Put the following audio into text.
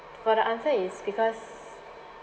for the answer is because